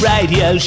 Radio